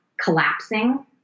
collapsing